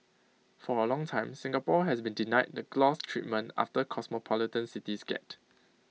for A long time Singapore has been denied the gloss treatment after cosmopolitan cities get